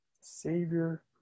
Savior